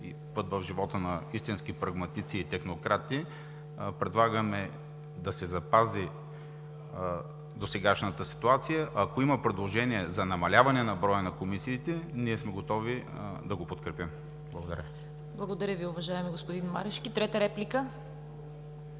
път в живота на истински прагматици и технократи, предлагаме да се запази досегашната ситуация. Ако има предложение за намаляване на броя на комисиите, ние сме готови да го подкрепим. Благодаря. ПРЕДСЕДАТЕЛ ЦВЕТА КАРАЯНЧЕВА: Благодаря Ви, уважаеми господин Марешки. Трета реплика?